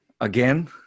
again